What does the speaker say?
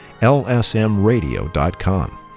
lsmradio.com